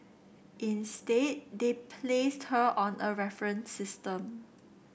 instead they placed her on a reference system